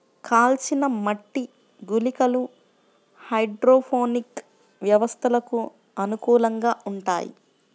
కాల్చిన మట్టి గుళికలు హైడ్రోపోనిక్ వ్యవస్థలకు అనుకూలంగా ఉంటాయి